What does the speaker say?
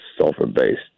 sulfur-based